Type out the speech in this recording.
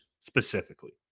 specifically